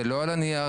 זה לא על הנייר,